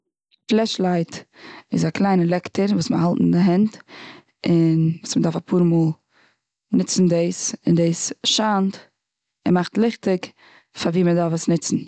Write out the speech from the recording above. פלעש לייט איז א קליינע לעקטער וואס מ'האלט אין די הענט. און וואס מ'דארף אפאר מאל נוצן דאס, און דאס שיינט און מאכט ליכטיג פאר ווי מ'דארף עס ניצן.